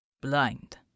Blind